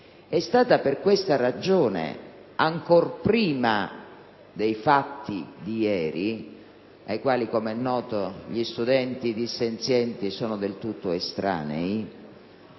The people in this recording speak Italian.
Per questa ragione, ancora prima dei fatti accaduti ieri, ai quali - come è noto - gli studenti dissenzienti sono del tutto estranei,